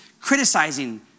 criticizing